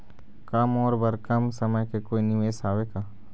का मोर बर कम समय के कोई निवेश हावे का?